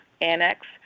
annex